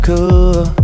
Cool